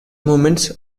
moments